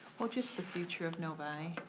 well just the future of novi,